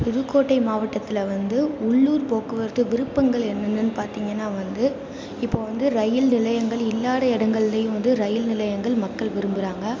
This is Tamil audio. புதுக்கோட்டை மாவட்டத்தில் வந்து உள்ளூர் போக்குவரத்து விருப்பங்கள் என்னென்னனு பார்த்திங்கன்னா வந்து இப்போ வந்து இரயில் நிலையங்கள் இல்லாத இடங்கள்லேயும் வந்து இரயில் நிலையங்கள் மக்கள் விரும்புகிறாங்க